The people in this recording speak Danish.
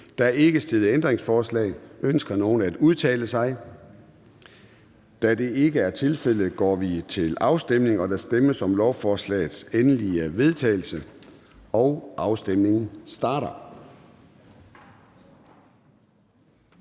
er ikke stillet ændringsforslag. Ønsker nogen at udtale sig? Da det ikke er tilfældet, går vi til afstemning. Kl. 13:03 Afstemning Formanden (Søren Gade): Der stemmes om lovforslagets endelige vedtagelse, og afstemningen starter.